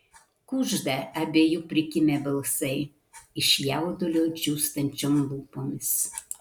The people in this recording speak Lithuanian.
kužda abiejų prikimę balsai iš jaudulio džiūstančiom lūpomis